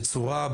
בצורה,